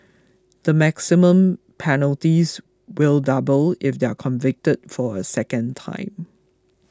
the maximum penalties will double if they are convicted for a second time